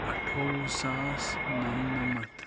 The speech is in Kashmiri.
اَٹھووُہ ساس نَمنَمَتھ